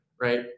right